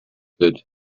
good